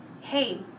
Hey